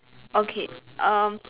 okay uh